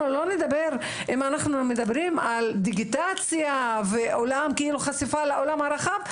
אנחנו לא נדבר אם אנחנו מדברים על דיגיטציה וחשיפה לעולם הרחב,